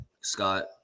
Scott